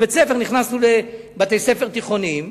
נכנסנו לבתי-ספר תיכוניים,